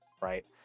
right